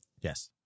Yes